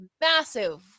massive